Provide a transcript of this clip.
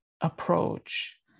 approach